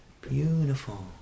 beautiful